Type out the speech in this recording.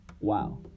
Wow